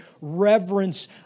reverence